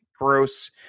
gross